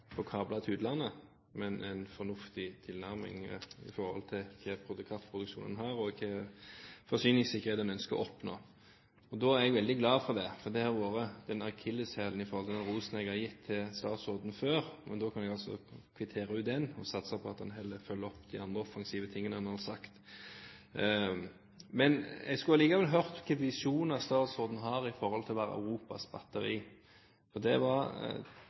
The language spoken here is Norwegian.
både hva slags kraftproduksjon en har og hvilken forsyningssikkerhet en ønsker å oppnå. Og da er jeg veldig glad for det, for det har vært akilleshælen i den rosen jeg har gitt statsråden før, men da kan vi altså kvittere ut den og satse på at han heller følger opp de andre offensive tingene han har sagt. Men jeg skulle likevel ha hørt hvilke visjoner statsråden har med hensyn til å være Europas batteri – det var